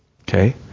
Okay